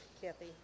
Kathy